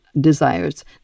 desires